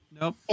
Nope